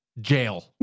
jail